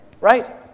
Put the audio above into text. right